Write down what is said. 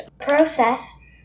process